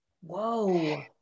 Whoa